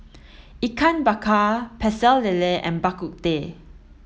Ikan Bakar Pecel Lele and Bak Kut Teh